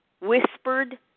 whispered